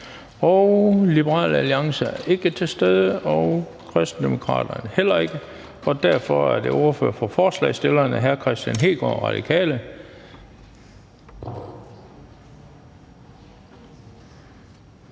Liberal Alliance er ikke til stede, og det er Kristendemokraterne heller ikke. Og derfor er det nu ordføreren for forslagsstillerne, hr. Kristian Hegaard, Radikale.